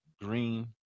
Green